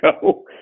go